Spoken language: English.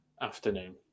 afternoon